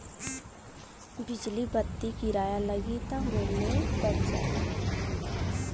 बिजली बत्ति किराया लगी त मुल्यो बढ़ जाई